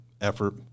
effort